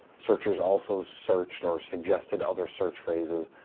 searchers also searched or suggested other search phrases.